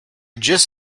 just